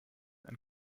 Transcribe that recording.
and